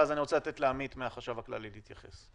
ואז אני רוצה לתת לעמית מהחשב הכללי להתייחס.